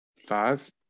Five